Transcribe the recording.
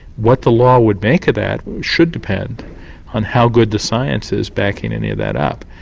what the law would make of that should depend on how good the science is, backing any of that up.